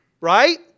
Right